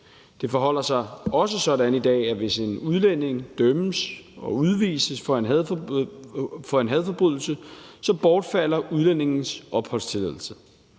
Det forholder sig også sådan i dag, at hvis en udlænding dømmes og udvises for en hadforbrydelse, bortfalder udlændingens opholdstilladelse.